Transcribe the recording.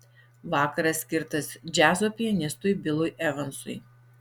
vakaras skirtas džiazo pianistui bilui evansui